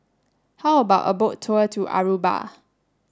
how about a boat tour to Aruba